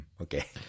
Okay